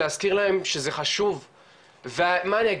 להזכיר להם שזה חשוב ומה אני אגיד?